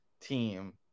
team